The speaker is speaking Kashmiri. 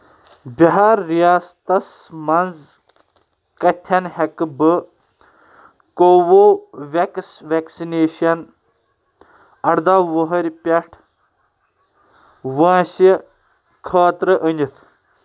بِہار ریاستس مَنٛز کَتھٮ۪ن ہیٚکہٕ بہٕ کو وو ویٚکس ویکسنیشن اَردہ وُہٕرۍ پیٚٹھ وٲنٛسہٕ خٲطر أنِتھ